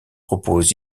propos